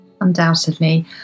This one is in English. undoubtedly